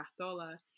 Cartola